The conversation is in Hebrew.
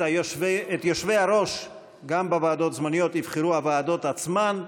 את יושבי-הראש גם בוועדות הזמניות יבחרו הוועדות עצמן,